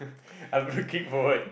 I'm looking forward